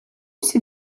всі